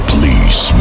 Please